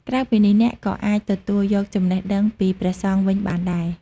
ក្រៅពីនេះអ្នកក៏អាចទទួលយកចំណេះដឹងពីព្រះសង្ឃវិញបានដែរ។